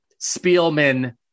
Spielman